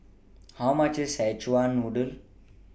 How much IS Szechuan Noodle